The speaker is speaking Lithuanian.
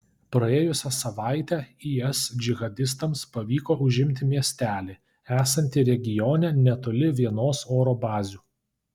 praėjusią savaitę is džihadistams pavyko užimti miestelį esantį regione netoli vienos oro bazių